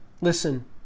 Listen